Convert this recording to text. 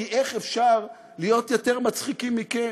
כי איך אפשר להיות יותר מצחיקים מכם?